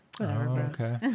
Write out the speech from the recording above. Okay